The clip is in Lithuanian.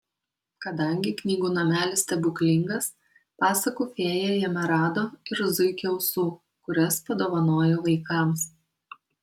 kadangi knygų namelis stebuklingas pasakų fėja jame rado ir zuikio ausų kurias padovanojo vaikams